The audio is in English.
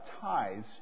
ties